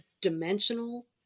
dimensional